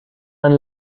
een